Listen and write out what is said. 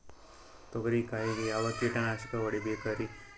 ತೊಗರಿ ಕಾಯಿಗೆ ಯಾವ ಕೀಟನಾಶಕ ಹೊಡಿಬೇಕರಿ?